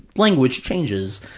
language changes,